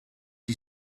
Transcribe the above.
you